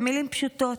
במילים פשוטות.